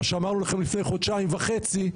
מה שאמרנו לכם לפני חודשיים וחצי,